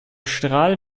strahl